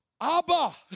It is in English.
Abba